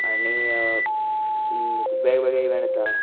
आनी वेगवेगळे इवेंट जाता